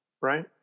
Right